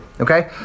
Okay